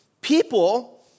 people